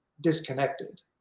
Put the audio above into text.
disconnected